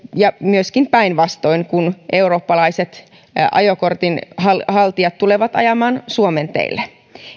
ja myöskin päinvastoin kun eurooppalaiset ajokortinhaltijat tulevat ajamaan suomen teille